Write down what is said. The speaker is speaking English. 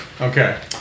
Okay